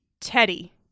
Teddy